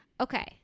Okay